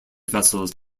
vessels